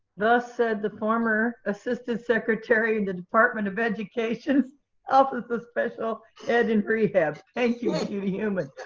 thus said the former assistant secretary of the department of education, office of special ed and rehab. thank you, judy heumann.